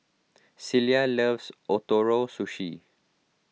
Cilla loves Ootoro Sushi